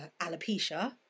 alopecia